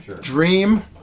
dream